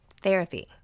Therapy